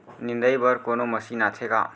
निंदाई बर कोनो मशीन आथे का?